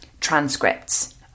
transcripts